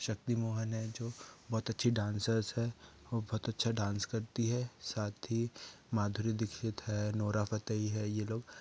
शक्ति मोहन है जो बहुत अच्छी डांसर्स है वो बहुत अच्छा डांस करती है साथ ही माधुरी दीक्षित है नोरा फतेही है ये लोग